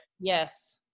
Yes